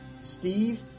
Steve